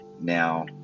now